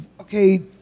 Okay